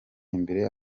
imbere